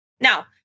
now